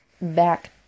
back